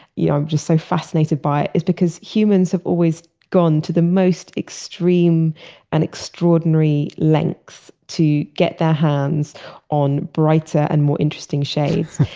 yeah i'm just so fascinated by, is because humans have always gone to the most extreme and extraordinary lengths to get their hands on brighter and more interesting shades.